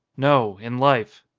no, in life.